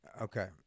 Okay